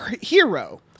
hero